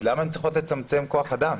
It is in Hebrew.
אז למה אני צריך לצמצם כוח אדם?